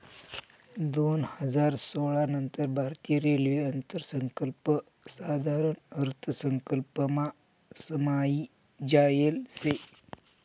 दोन हजार सोळा नंतर भारतीय रेल्वे अर्थसंकल्प साधारण अर्थसंकल्पमा समायी जायेल शे